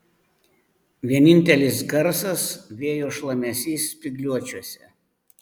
vienintelis garsas vėjo šlamesys spygliuočiuose